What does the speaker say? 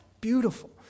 beautiful